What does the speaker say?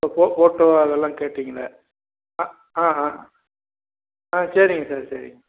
போ போ ஃபோட்டோ அதெல்லாம் கேட்டிங்கள்லே ஆ ஆ ஆ ஆ சரிங்க சார் சரிங்க